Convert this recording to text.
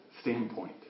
standpoint